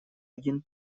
один